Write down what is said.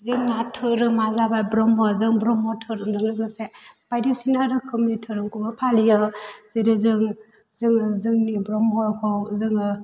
जोंहा धोरोमा जाबाय ब्रह्म जों ब्रह्म धोरोमजों लोगोसे बायदिसिना रोखोमनि धोरोमखौबो फालियो जेरै जों जोंनि ब्रह्मखौ जोङो